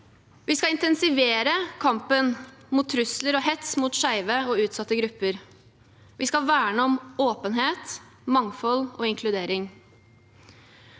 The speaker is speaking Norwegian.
Vi skal intensivere kampen mot trusler og hets mot skeive og utsatte grupper. Vi skal verne om åpenhet, mangfold og inkludering.